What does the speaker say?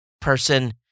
person